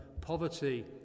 poverty